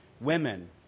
women